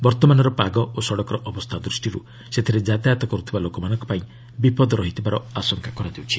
ବର୍ତ୍ତମାନର ପାଗ ଓ ସଡ଼କର ଅବସ୍ଥା ଦୃଷ୍ଟିରୁ ସେଥିରେ ଯାତାୟତ କରୁଥିବା ଲେକାମାନଙ୍କପାଇଁ ବିପଦ ରହିଥିବାର ଆଶଙ୍କା କରାଯାଉଛି